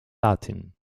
latin